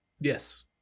Yes